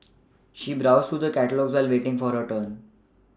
she browsed through the catalogues while waiting for her turn